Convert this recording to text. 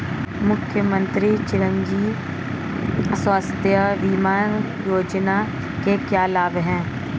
मुख्यमंत्री चिरंजी स्वास्थ्य बीमा योजना के क्या लाभ हैं?